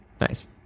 Nice